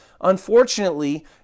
unfortunately